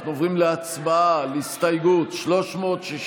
אנחנו עוברים להצבעה על הסתייגות 367,